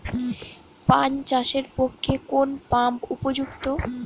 পান চাষের পক্ষে কোন পাম্প উপযুক্ত?